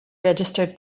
registered